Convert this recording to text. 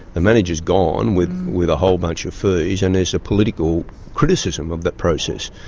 the manager's gone with with a whole bunch of fees, and there's a political criticism of the process.